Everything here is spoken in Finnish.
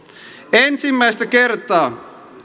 ensimmäistä kertaa